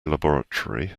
laboratory